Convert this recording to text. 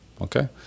Okay